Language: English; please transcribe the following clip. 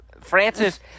Francis